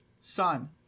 sun